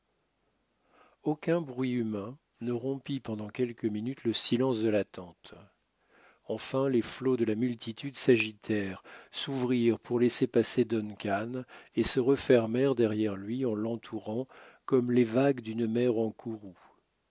aucun bruit humain ne rompit pendant quelques minutes le silence de l'attente enfin les flots de la multitude s'agitèrent s'ouvrirent pour laisser passer duncan et se refermèrent derrière lui en l'entourant comme les vagues d'une mer en courroux